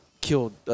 killed